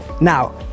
Now